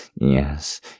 yes